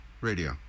radio